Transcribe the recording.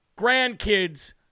grandkids